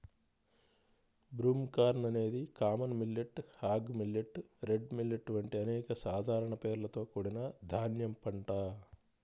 broomcorn అనేది common millet, hog millet, red millet వంటి అనేక సాధారణ పేర్లతో కూడిన ధాన్యం పంట